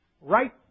right